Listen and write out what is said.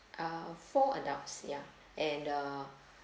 ah four adults ya and uh